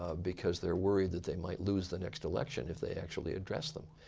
ah because they're worried that they might lose the next election if they actually address them.